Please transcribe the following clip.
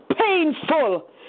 painful